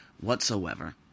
whatsoever